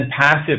passive